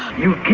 you